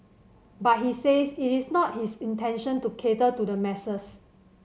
but he says it is not his intention to cater to the masses